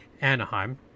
Anaheim